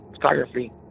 photography